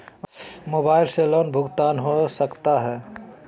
Mobile से loan भुगतान हो सकता है?